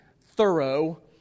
thorough